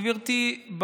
גברתי,